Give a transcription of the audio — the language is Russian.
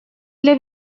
для